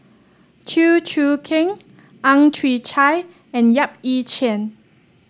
Chew Choo Keng Ang Chwee Chai and Yap Ee Chian